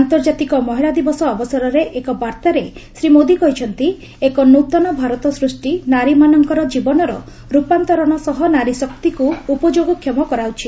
ଆନ୍ତର୍ଜାତୀକ ମହିଳା ଦିବସ ଅବସରରେ ଏକ ବାର୍ତ୍ତାରେ ଶ୍ରୀ ମୋଦି କହିଛନ୍ତି ଏକ ନ୍ନତନ ଭାରତ ସୃଷ୍ଟି ନାରୀମାନଙ୍କର ଜୀବନର ରୂପାନ୍ତରଣ ସହ ନାରୀଶକ୍ତିକୁ ଉପଯୋଗକ୍ଷମ କରାଯାଉଛି